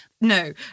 No